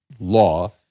law